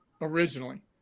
originally